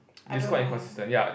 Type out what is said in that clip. I don't know